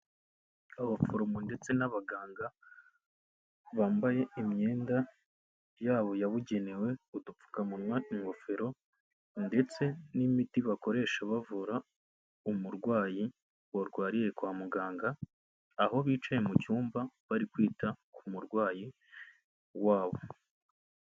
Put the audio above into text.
Abaforomo ndetse n'abaganga bambaye imyenda yabo yabugenewe, udupfukamunwa, ingofero ndetse n'imiti bakoresha bavura umurwayi warwariye kwa muganga, aho bicaye mu cyumba bari kwita ku murwayi wabo.